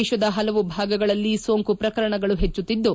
ದೇತದ ಹಲವು ಭಾಗಗಳಲ್ಲಿ ಸೋಂಕು ಪ್ರಕರಣಗಳು ಹೆಚ್ಚುತ್ತಿದ್ದು